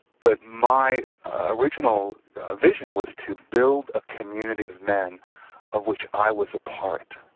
but my original vision was to build a community of men of which i was a part,